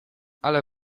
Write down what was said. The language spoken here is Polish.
ale